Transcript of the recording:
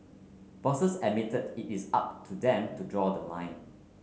bosses admitted it is up to them to draw the line